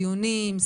דיונים,